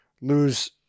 lose